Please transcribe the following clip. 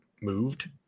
moved